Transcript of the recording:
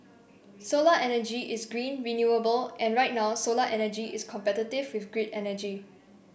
solar energy is green renewable and right now solar energy is competitive with grid energy